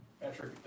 Patrick